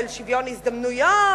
ועל שוויון הזדמנויות,